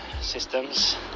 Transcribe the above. systems